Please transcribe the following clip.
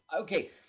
okay